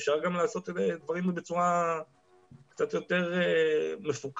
אפשר גם לעשות דברים בצורה קצת יותר מפוקחת.